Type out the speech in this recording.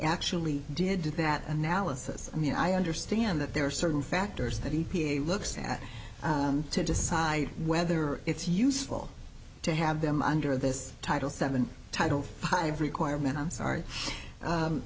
actually did do that analysis i mean i understand that there are certain factors that he looks at to decide whether it's useful to have them under this title seven title five requirement i'm sorry